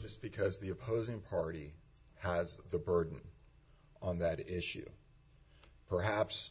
just because the opposing party has the burden on that issue perhaps